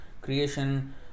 creation